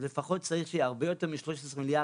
אז לפחות צריך שיהיה הרבה יותר מ-13 מיליארד,